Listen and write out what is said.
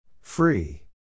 Free